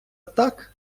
так